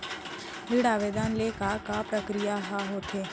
ऋण आवेदन ले के का का प्रक्रिया ह होथे?